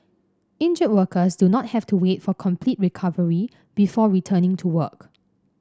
injured workers do not have to wait for complete recovery before returning to work